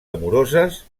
amoroses